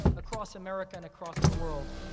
across america and across the world.